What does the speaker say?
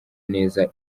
neza